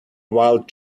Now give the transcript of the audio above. wild